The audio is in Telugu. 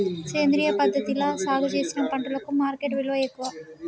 సేంద్రియ పద్ధతిలా సాగు చేసిన పంటలకు మార్కెట్ విలువ ఎక్కువ